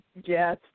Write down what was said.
Yes